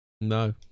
No